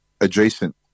adjacent